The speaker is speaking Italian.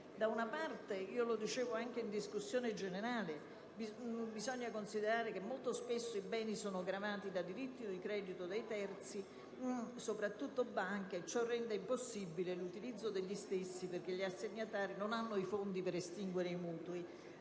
intesi), come ho detto anche in discussione generale, occorre considerare che molto spesso i beni sono gravati da diritto di credito di terzi (soprattutto banche), e ciò rende impossibile l'utilizzo degli stessi perché gli assegnatari non hanno i fondi per estinguere i mutui.